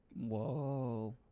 Whoa